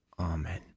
Amen